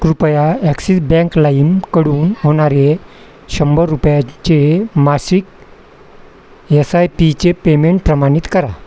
कृपया Axis bank लाईमकडून होणारे शंभर रुपयाचे मासिक एस आय पीचे पेमेंट प्रमाणित करा